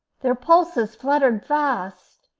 their pulses fluttered fast.